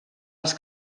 als